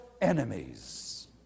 enemies